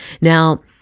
Now